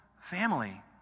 family